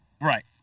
Right